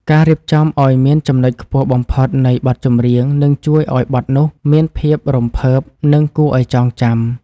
ការរៀបចំឱ្យមានចំណុចខ្ពស់បំផុតនៃបទចម្រៀងនឹងជួយឱ្យបទនោះមានភាពរំភើប និង គួរឱ្យចងចាំ។